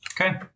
Okay